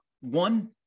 One